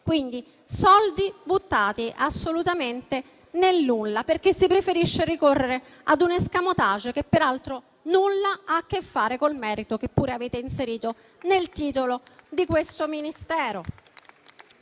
sono soldi buttati assolutamente nel nulla, perché si preferisce ricorrere a un *escamotage*, che peraltro nulla ha a che fare col merito, che pure avete inserito nel titolo di un Ministero.